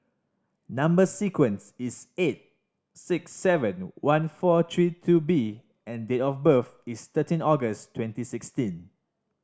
number sequence is eight six seven one four three two B and date of birth is thirteen August twenty sixteen